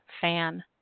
fan